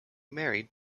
married